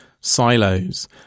silos